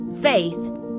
Faith